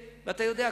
אתה יודע,